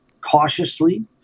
cautiously